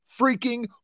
freaking